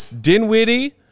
Dinwiddie